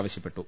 ആവശ്യപ്പെട്ടു